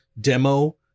demo